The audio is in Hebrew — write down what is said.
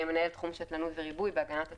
מנהל תחום שתלנות וריבוי בהגנת הצומח.